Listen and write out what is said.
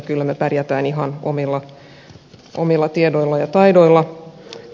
kyllä me pärjäämme ihan omilla tiedoilla ja taidoilla